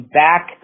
back